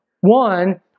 one